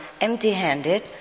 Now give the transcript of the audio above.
empty-handed